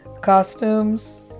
Costumes